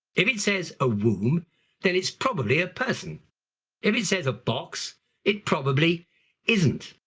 it says a womb then it's probably a person, if it says a box it probably isn't.